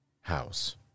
house